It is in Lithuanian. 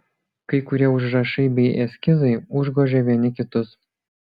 kai kurie užrašai bei eskizai užgožė vieni kitus